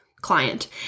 client